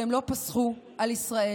והם לא פסחו על ישראל.